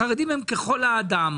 החרדים הם ככל האדם.